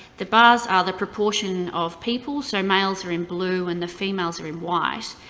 the bars are the proportion of people, so males are in blue and the females are in white,